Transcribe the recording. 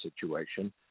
situation